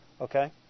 Okay